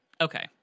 Okay